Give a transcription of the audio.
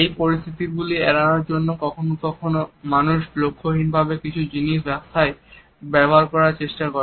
এই পরিস্থিতির গুলো এড়ানোর জন্য কখনো কখনো মানুষ লক্ষ্যহীনভাবে কিছু জিনিস বাসায় করার চেষ্টা করে